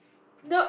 not